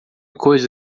coisa